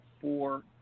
four